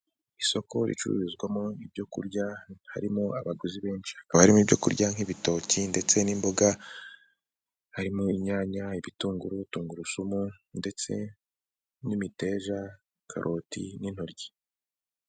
Isoko ricururizwamo ibyo kurya, harimo abaguzi benshi, hakaba harimo ibyo kurya nk'ibitoki ndetse n'imboga, harimo inyanya, ibitunguru, tungurusumu ndetse n'imiteja, karoti n'intoryi.